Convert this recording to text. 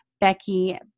Becky